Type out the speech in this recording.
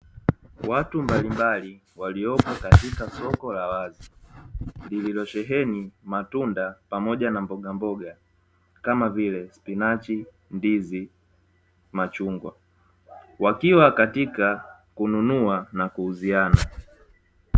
Watu mbalimbali waliopo katika soko la wazi, lililosheheni matunda pamoja na mbogamboga, kama vile: spinachi, ndizi, machungwa, wakiwa katika kununua na kuuziana.